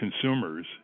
consumers